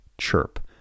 CHIRP